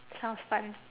sounds fun